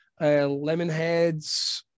Lemonheads